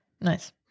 Nice